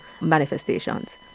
manifestations